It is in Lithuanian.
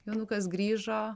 jonukas grįžo